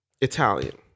Italian